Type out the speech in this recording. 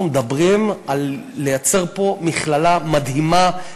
אנחנו מדברים על לייצר פה מכללה מדהימה,